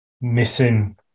missing